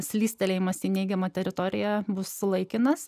slystelėjimas į neigiamą teritoriją bus laikinas